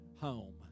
Home